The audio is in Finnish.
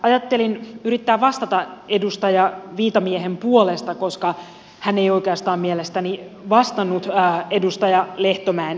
ajattelin yrittää vastata edustaja viitamiehen puolesta koska hän ei oikeastaan mielestäni vastannut edustaja lehtomäen kysymykseen